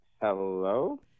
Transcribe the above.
hello